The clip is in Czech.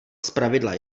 zpravidla